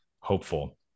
hopeful